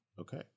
Okay